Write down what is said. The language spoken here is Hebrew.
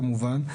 כמובן,